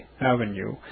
Avenue